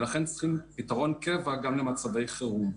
לכן צריכים פתרון קבע גם למצבי חירום.